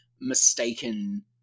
mistaken